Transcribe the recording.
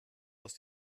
aus